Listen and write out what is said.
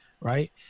Right